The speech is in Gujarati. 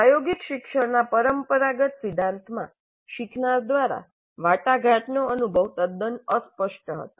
પ્રાયોગિક શિક્ષણના પરંપરાગત સિદ્ધાંતમાં શીખનાર દ્વારા વાટાઘાટનો અનુભવ તદ્દન અસ્પષ્ટ હતો